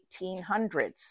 1800s